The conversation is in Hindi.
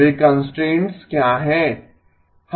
वे कंस्ट्रेंट्स क्या हैं